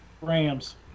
Rams